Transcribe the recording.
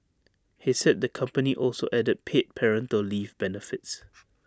he said the company also added paid parental leave benefits